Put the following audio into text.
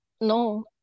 No